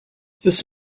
this